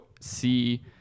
see